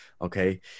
okay